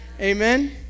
Amen